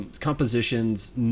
compositions